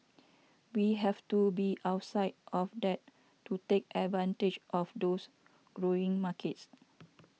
we have to be outside of that to take advantage of those growing markets